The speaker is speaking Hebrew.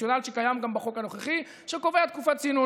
רציונל שקיים גם בחוק הנוכחי שקובע תקופת צינון.